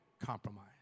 compromise